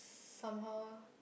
somehow